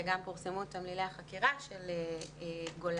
גם פורסמו תמלילי החקירה של גולן.